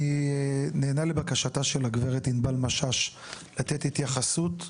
אני נענה לבקשתה של הגברת ענבל משש לתת התייחסות.